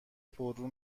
پررو